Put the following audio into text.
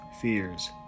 fears